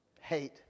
Hate